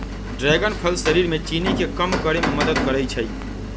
dragon फल शरीर में चीनी के कम करे में मदद करई छई